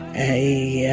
a